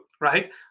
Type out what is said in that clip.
right